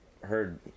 heard